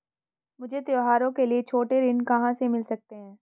मुझे त्योहारों के लिए छोटे ऋण कहां से मिल सकते हैं?